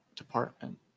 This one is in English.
department